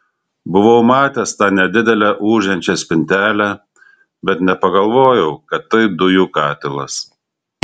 buvau matęs tą nedidelę ūžiančią spintelę bet nepagalvojau kad tai dujų katilas